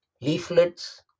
leaflets